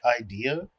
idea